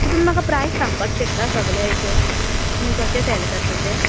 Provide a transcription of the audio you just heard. so तुमी म्हाका price सांगपाक शकता सगळें हेंचे तुमी कशें सॅल करता तें